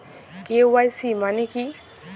KYC মানে কী?